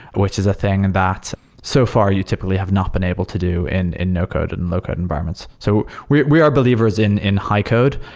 which is a thing and that so far you typically have not been able to do and in no code and and low code environments. so we we are believers in in high code.